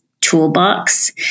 toolbox